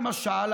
למשל,